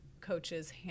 coaches